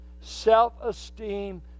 self-esteem